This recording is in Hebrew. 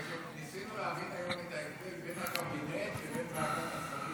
כי ניסינו להבין היום את ההבדל בין הקבינט לבין ועדת השרים.